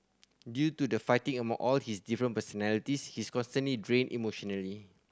due to the fighting among all his different personalities he's constantly drained emotionally